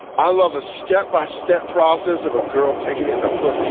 i love a step-by-step process of a girl takin' it in the puss.